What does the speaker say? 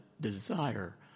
desire